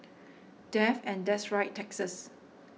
death and that's right taxes